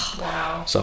Wow